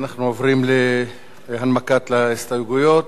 אנחנו עוברים להנמקת ההסתייגויות.